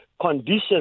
conditions